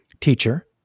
Teacher